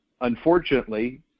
unfortunately